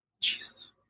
jesus